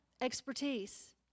expertise